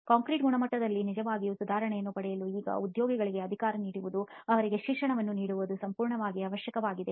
concrete ಗುಣಮಟ್ಟದಲ್ಲಿ ನಿಜವಾಗಿಯೂ ಸುಧಾರಣೆಯನ್ನು ಪಡೆಯಲು ಈಗ ಉದ್ಯೋಗಿಗಳಿಗೆ ಅಧಿಕಾರ ನೀಡುವುದು ಮತ್ತು ಅವರಿಗೆ ಶಿಕ್ಷಣವನ್ನು ನೀಡುವುದು ಸಂಪೂರ್ಣವಾಗಿ ಅವಶ್ಯಕವಾಗಿದೆ